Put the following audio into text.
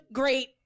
great